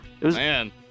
Man